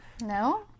No